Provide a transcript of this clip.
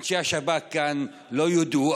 אנשי השב"כ כאן לא יודו,